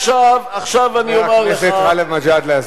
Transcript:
חבר הכנסת גאלב מג'אדלה,